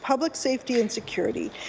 public safety and security,